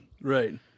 Right